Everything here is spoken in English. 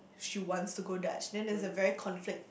she wants to go Dutch then there's a very conflict